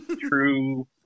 True